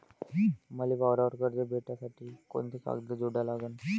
मले वावरावर कर्ज भेटासाठी कोंते कागद जोडा लागन?